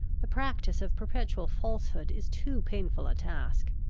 the practice of perpetual falsehood is too painful a task.